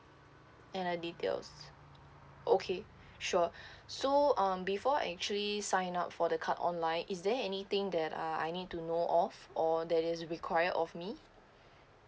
and uh details okay sure so um before actually signed up for the card online is there anything that uh I need to know of or there is required of me